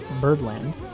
Birdland